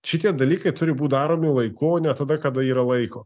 šitie dalykai turi būt daromi laiku ne tada kada yra laiko